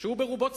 שהוא ברובו ציוני,